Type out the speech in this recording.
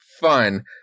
fun